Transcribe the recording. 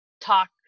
talk